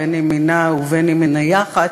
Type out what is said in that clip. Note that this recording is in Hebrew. בין שהיא נעה ובין שהיא נייחת,